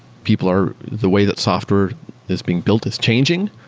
people are the way that software is being built is changing.